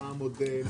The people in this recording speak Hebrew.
מה המודל?